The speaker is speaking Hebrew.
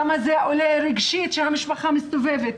כמה עולה רגשית שהמשפחה מסתובבת,